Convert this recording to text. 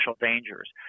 dangers